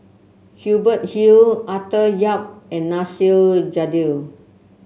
Hubert Hill Arthur Yap and Nasir Jalil